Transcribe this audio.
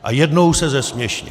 A jednou se zesměšnit.